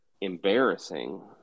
embarrassing